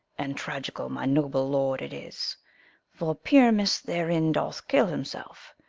and tragical, my noble lord, it is for pyramus therein doth kill himself.